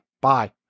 Bye